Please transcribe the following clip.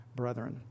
brethren